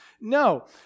No